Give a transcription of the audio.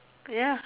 ya